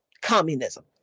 communism